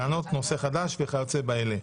טענות נושא חדש וכיוצא באלה).